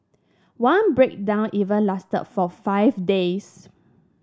one breakdown even lasted for five days